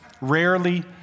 rarely